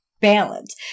balance